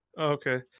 okay